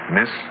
Miss